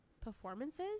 performances